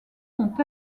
sont